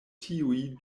tiuj